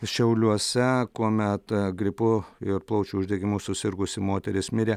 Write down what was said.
šiauliuose kuomet gripu ir plaučių uždegimu susirgusi moteris mirė